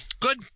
Good